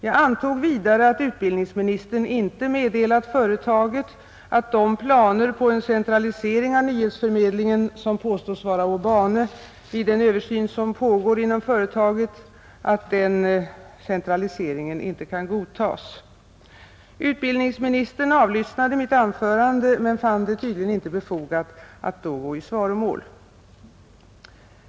Jag antog vidare att utbildningsministern inte meddelat företaget att de planer på en centralisering av nyhetsförmedlingen, som påstås vara å bane vid den översyn som pågår inom företaget, inte kan godtas. Utbildningsministern avlyssnade mitt anförande men fann det tydligen inte befogat att då gå i svaromål.